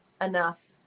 enough